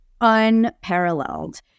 unparalleled